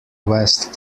west